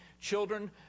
Children